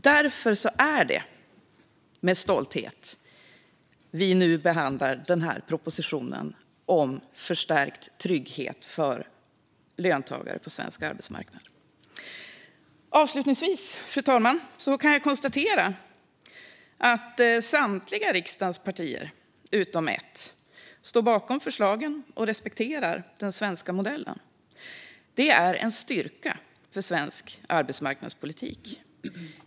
Därför är det med stolthet som vi nu behandlar propositionen om förstärkt trygghet för löntagare på svensk arbetsmarknad. Avslutningsvis, fru talman, kan jag konstatera att samtliga riksdagens partier utom ett står bakom förslagen och respekterar den svenska modellen. Det är en styrka för svensk arbetsmarknadspolitik.